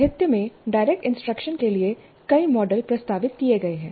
साहित्य में direct instruction के लिए कई मॉडल प्रस्तावित किए गए हैं